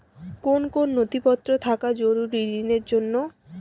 কোন কোন নথিপত্র থাকা জরুরি ঋণের জন্য?